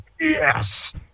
yes